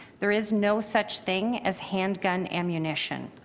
there is no such thing as handgun ammunition.